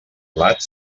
blat